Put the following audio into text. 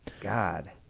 God